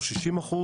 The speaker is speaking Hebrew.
הוא 60%,